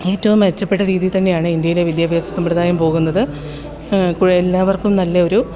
ഏറ്റോം മെച്ചപ്പെട്ട രീതി തന്നെയാണ് ഇന്ത്യയിലെ വിദ്യാഭ്യാസ സമ്പ്രദായം പോകുന്നത് എല്ലാവർക്കും നല്ലയൊരു